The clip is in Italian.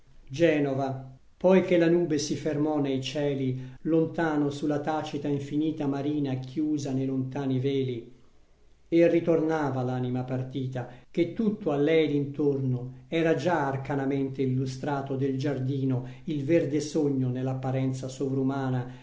campana genova poi che la nube si fermò nei cieli lontano sulla tacita infinita marina chiusa nei lontani veli e ritornava l'anima partita che tutto a lei d'intorno era già arcanamente illustrato del giardino il verde sogno nell'apparenza sovrumana